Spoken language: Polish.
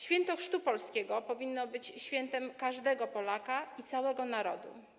Święto Chrztu Polski powinno być świętem każdego Polaka i całego narodu.